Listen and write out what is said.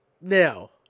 Now